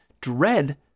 dread